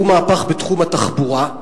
והוא מהפך בתחום התחבורה.